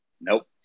nope